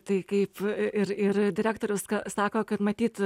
tai kaip ir ir direktorius sako kad matyt